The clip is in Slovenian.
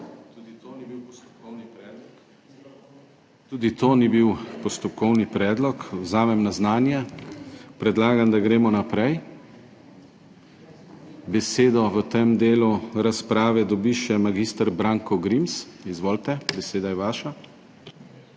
Tudi to ni bil postopkovni predlog. Vzamem na znanje, predlagam, da gremo naprej. Besedo v tem delu razprave dobi še mag. Branko Grims. Izvolite, beseda je vaša.